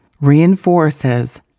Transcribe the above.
reinforces